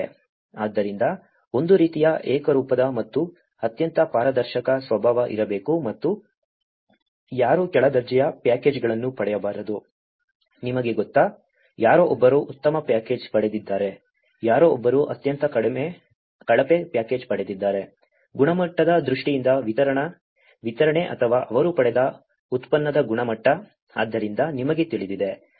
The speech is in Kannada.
ಆದ್ದರಿಂದ ಒಂದು ರೀತಿಯ ಏಕರೂಪದ ಮತ್ತು ಅತ್ಯಂತ ಪಾರದರ್ಶಕ ಸ್ವಭಾವ ಇರಬೇಕು ಮತ್ತು ಯಾರೂ ಕೆಳದರ್ಜೆಯ ಪ್ಯಾಕೇಜ್ಗಳನ್ನು ಪಡೆಯಬಾರದು ನಿಮಗೆ ಗೊತ್ತಾ ಯಾರೋ ಒಬ್ಬರು ಉತ್ತಮ ಪ್ಯಾಕೇಜ್ ಪಡೆದಿದ್ದಾರೆ ಯಾರೋ ಒಬ್ಬರು ಅತ್ಯಂತ ಕಳಪೆ ಪ್ಯಾಕೇಜ್ ಪಡೆದಿದ್ದಾರೆ ಗುಣಮಟ್ಟದ ದೃಷ್ಟಿಯಿಂದ ವಿತರಣೆ ಅಥವಾ ಅವರು ಪಡೆದ ಉತ್ಪನ್ನದ ಗುಣಮಟ್ಟ ಆದ್ದರಿಂದ ನಿಮಗೆ ತಿಳಿದಿದೆ ನಾವು ಅದರಲ್ಲಿ ರಾಜಿ ಮಾಡಿಕೊಳ್ಳಬಾರದು